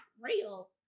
real